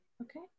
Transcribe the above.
Okay